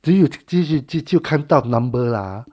只有这几这次看到:zhi you zhe ji ci kan dao number ah